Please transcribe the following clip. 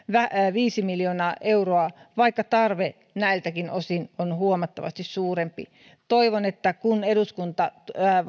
viisi miljoonaa euroa vaikka tarve näiltäkin osin on huomattavasti suurempi toivon että kun eduskunta